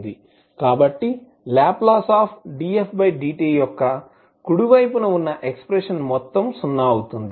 కాబట్టి Ldfdt యొక్క కుడి వైపున ఉన్న ఎక్స్ప్రెషన్ మొత్తం సున్నా అవుతుంది